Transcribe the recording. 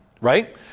right